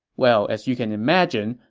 well, as you can imagine,